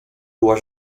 była